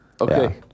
Okay